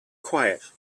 quiet